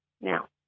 Now